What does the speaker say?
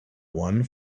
one